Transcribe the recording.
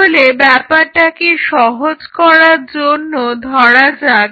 তাহলে ব্যাপারটাকে সহজ করার জন্য ধরা যাক